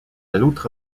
loutre